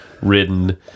ridden